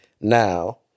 now